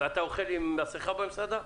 אתה אוכל עם מסכה במסעדה?